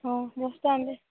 ହଁ bus stand